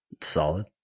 Solid